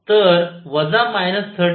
तर वजा 13